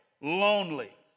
lonely